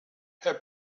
herr